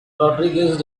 rodriguez